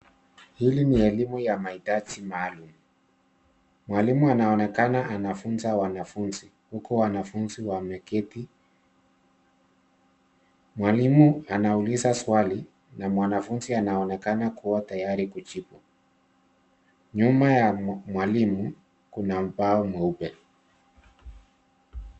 Hili ni elimu ya mahitaji maalum. Mwalimu anaonekana anafunza wanafunzi, huku wanafunzi wameketi. Mwalimu anauliza swali na mwanafunzi anaonekana kuwa tayari kujibu. Nyuma ya mwalimu kuna ubao mweupe.